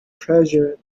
treasure